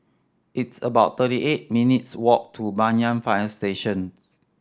it's about thirty eight minutes' walk to Banyan Fire Station